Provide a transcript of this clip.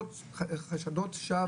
חשדות שווא.